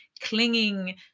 clinging